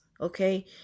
okay